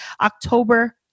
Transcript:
October